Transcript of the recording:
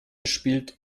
spielt